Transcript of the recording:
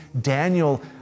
Daniel